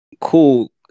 cool